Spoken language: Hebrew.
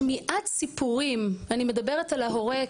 שמיעת סיפורים - אני מדברת על ההורה,